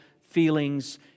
feelings